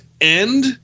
end